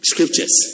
Scriptures